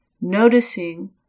noticing